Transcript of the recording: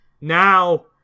Now